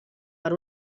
per